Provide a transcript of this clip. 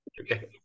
okay